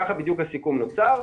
כך בדיוק הסיכום נוצר,